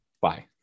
bye